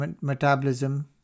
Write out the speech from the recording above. metabolism